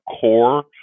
core